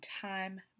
Time